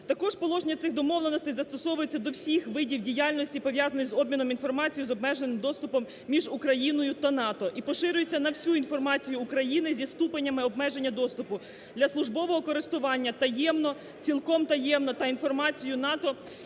Також положення цих домовленостей застосовується до всіх видів діяльності, пов'язаних з обміном інформації з обмеженим доступом між Україною та НАТО і поширюється на всю інформацію України зі ступенями обмеження доступу, для службового користування, таємно, цілком таємно